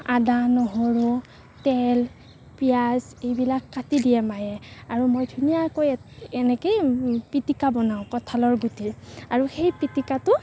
আদা নহৰু তেল পিঁয়াজ এইবিলাক কাটি দিয়ে মায়ে আৰু মই ধুনীয়াকৈ এনেকৈয়ে পিটিকা বনাওঁ কঁঠালৰ গুটিৰ আৰু সেই পিটিকাটো